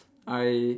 I